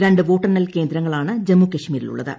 രണ്ട് വോട്ടെണ്ണൽ കേന്ദ്രങ്ങളാണ് ജമ്മു കാശ്മീരിൽ ഉള്ളത്